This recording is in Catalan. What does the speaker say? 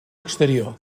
exterior